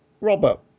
Robert